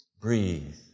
Breathe